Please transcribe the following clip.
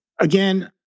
again